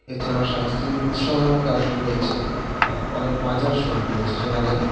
এছাড়াও সাংস্কৃতিক উৎসবের মধ্যে আর একটা রয়েছে অনেক মাজার শরিফ রয়েছে সেখানে